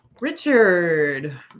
Richard